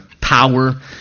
power